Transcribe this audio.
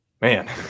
man